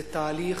זה תהליך,